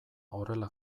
horrela